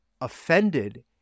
offended